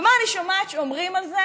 ומה אני שומעת שאומרים על זה